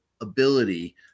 ability